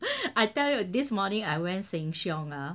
I tell you this morning I went Sheng Shiong lah